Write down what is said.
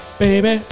baby